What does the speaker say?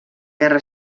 guerra